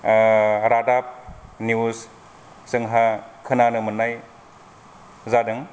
रादाब निउज जोंहा खौनानो मोननाय जादों